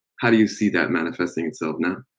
how do you see that manifesting itself now?